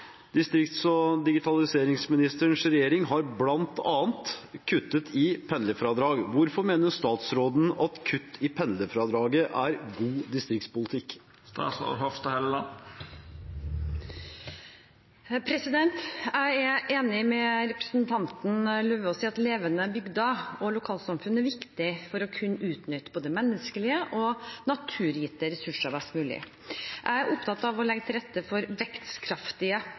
Distrikts- og digitaliseringsministerens regjering har blant annet kuttet i pendlerfradraget. Hvorfor mener statsråden at kutt i pendlerfradrag er god distriktspolitikk?» Jeg er enig med representanten Lauvås i at levende bygder og lokalsamfunn er viktig for å kunne utnytte både menneskelige og naturgitte ressurser best mulig. Jeg er opptatt av å legge til rette for vekstkraftige